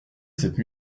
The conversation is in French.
cette